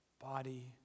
body